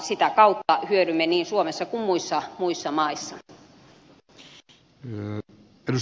sitä kautta hyödymme niin suomessa kuin muissa maissa